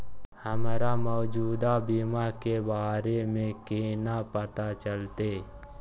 हमरा मौजूदा बीमा के बारे में केना पता चलते?